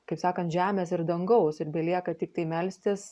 kaip sakant žemės ir dangaus ir belieka tiktai melstis